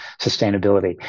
sustainability